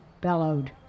bellowed